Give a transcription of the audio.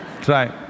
Try